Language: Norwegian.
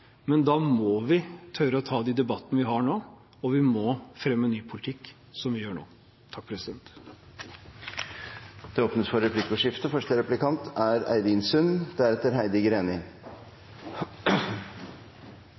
Men da må vi tørre å ta de debattene vi har nå, og vi må fremme ny politikk, slik vi gjør nå. Det blir replikkordskifte. For ordens skyld har jeg lyst å si til representanten at jeg er